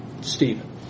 Stephen